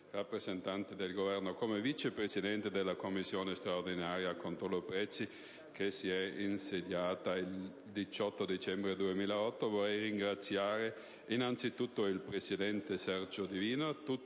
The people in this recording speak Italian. rappresentante del Governo, come Vice Presidente della Commissione straordinaria controllo prezzi, che si è insediata il 18 dicembre 2008, vorrei ringraziare innanzitutto il presidente Sergio Divina,